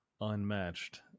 unmatched